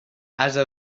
ase